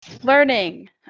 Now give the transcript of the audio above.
learning